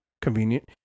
convenient